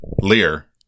Lear